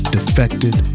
Defected